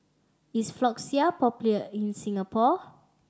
is Floxia popular in Singapore